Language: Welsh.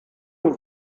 nhw